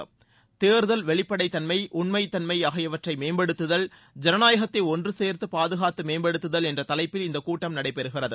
தேர்தல் வெளிப்படைத்தன்மை உண்மைத் தன்மை ஆகியவற்றை மேம்படுத்துதல் ஜனநாயகத்தை ஒன்றுசேர்ந்து பாதுகாத்து மேம்படுத்துதல் என்ற தலைப்பில் இந்த கூட்டம் நடைபெறுகிறது